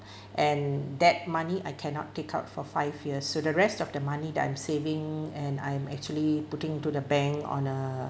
and that money I cannot take out for five years so the rest of the money that I'm saving and I'm actually putting to the bank on a